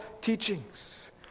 teachings